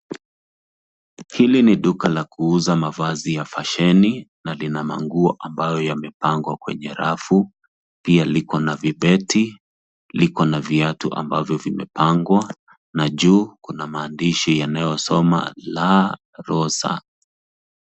Hili ni duka la kuuza mavazi ya vasheni na lina manguo ambayo yamepangwa kwenye rafu. Pia liko na vibeti, liko na viatu ambavyo vimepangwa na juu kuna maandishi yanayosoma LA ROSA .